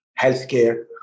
healthcare